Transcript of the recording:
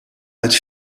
uit